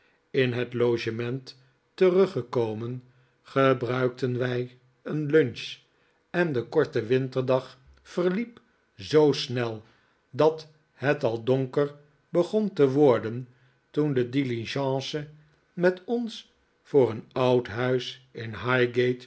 in het logement teruggekomen gebruikten wij een lunch en de korte winterdag verliep zoo snel dat het al donker begon te mijn kamer zag ik heel londen in